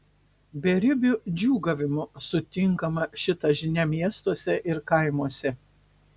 beribiu džiūgavimu sutinkama šita žinia miestuose ir kaimuose